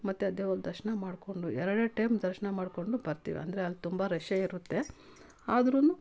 ಮತ್ತು ದೇವ್ರ ದರ್ಶನ ಮಾಡಿಕೊಂಡು ಎರಡೆರಡು ಟೈಮ್ ದರ್ಶನ ಮಾಡಿಕೊಂಡು ಬರ್ತೀವಿ ಅಂದರೆ ಅಲ್ಲಿ ತುಂಬ ರಶ್ಶೇ ಇರುತ್ತೆ ಆದ್ರು